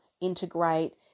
integrate